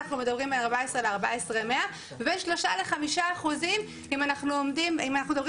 אם אנחנו מדברים מ-14,000 ל-14,100 ובין 3% ל-5% אם אנחנו מדברים